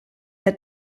der